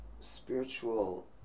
spiritual